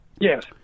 Yes